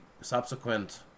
subsequent